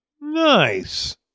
nice